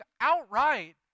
outright